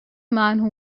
man